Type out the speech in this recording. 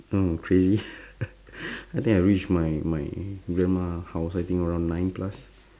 mm crazy I think I reach my my grandma house I think around nine plus